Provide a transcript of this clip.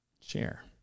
share